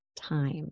time